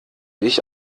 ich